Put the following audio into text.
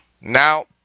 Now